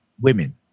women